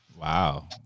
Wow